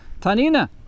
Tanina